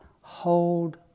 hold